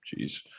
jeez